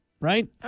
right